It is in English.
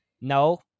No